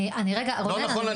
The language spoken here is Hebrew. לא נכון,